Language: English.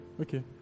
Okay